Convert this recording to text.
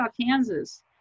kansas